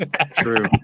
True